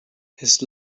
his